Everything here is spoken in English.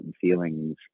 feelings